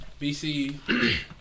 BC